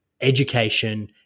education